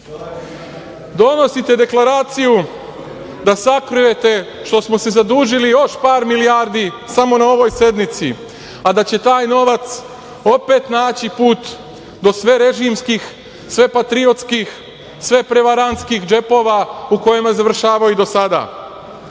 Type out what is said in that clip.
Donosite deklaraciju da sakrijete što smo se zadužili još par milijardi, samo na ovoj sednici, a da će taj novac opet naći put do sverežimskih, svepatriotskih, sveprevarantskih džepova u kojima je završavao i do sada. Kažu